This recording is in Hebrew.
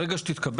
ברגע שהיא תתקבל,